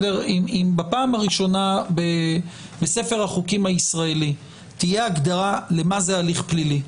אם בפעם הראשונה בספר החוקים הישראלי תהיה הגדרה למה זה הליך פלילי,